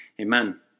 Amen